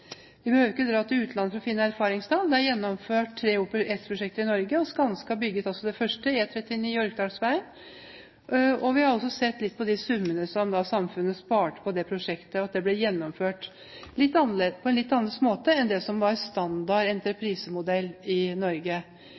Vi behøver ikke å dra til utlandet for å finne erfaringstall. Det er gjennomført tre OPS-prosjekter i Norge, og Skanska bygde det første, E39 Orkdalsvegen. Vi har sett litt på de summene som samfunnet sparte på det prosjektet. Det ble gjennomført på en litt annerledes måte enn det som var standard entreprisemodell i Norge.